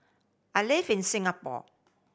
I live in Singapore